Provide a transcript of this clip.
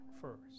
first